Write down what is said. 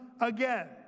again